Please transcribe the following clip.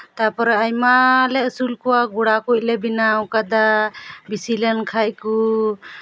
ᱛᱟᱨᱯᱚᱨᱮ ᱟᱭᱢᱟ ᱞᱮ ᱟᱹᱥᱩᱞ ᱠᱚᱣᱟ ᱜᱚᱲᱟ ᱠᱚᱞᱮ ᱵᱮᱱᱟᱣ ᱠᱟᱫᱟ ᱵᱮᱥᱤ ᱞᱮᱱᱠᱷᱟᱱ ᱠᱚ